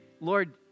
Lord